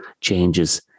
changes